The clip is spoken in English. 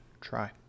try